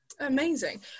Amazing